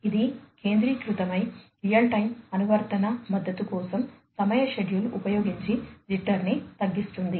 ఇది కేంద్రీకృతమై real time అనువర్తన మద్దతు కోసం సమయ షెడ్యూల్ ఉపయోగించి జిటర్ ని తగ్గిస్తుంది